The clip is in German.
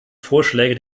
vorschläge